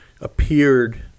appeared